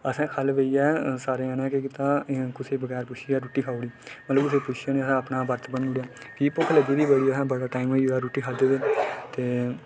असें खल्ल बेइयै सारें जनें केह् कीता कुसेंई बगैर पुच्छे गै रुट्टी खाई ओड़ी मतलब कुसैई पुच्छेआ निं असें अपना वर्त भन्नी ओड़ेआ कि भुक्ख लग्गी दी बड़ी असें बड़ा टैम होई गेदा रुट्टी खाद्दे दे ते